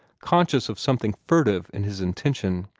conscious of something furtive in his intention.